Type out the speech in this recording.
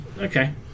Okay